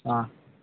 हा